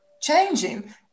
changing